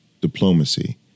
diplomacy